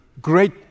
great